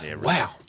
Wow